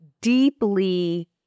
deeply